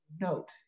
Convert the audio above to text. note